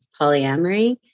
polyamory